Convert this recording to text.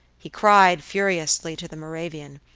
he cried furiously to the moravian,